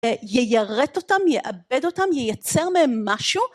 ייירט אותם, ייאבד אותם, יייצר מהם משהו